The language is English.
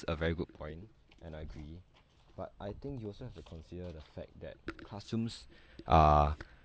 a very good point and I agree but I think you also have to consider the fact that classrooms are